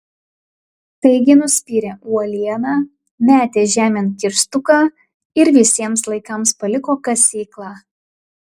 taigi nuspyrė uolieną metė žemėn kirstuką ir visiems laikams paliko kasyklą